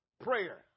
Prayer